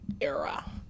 era